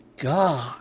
God